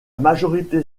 majorité